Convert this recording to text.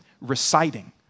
reciting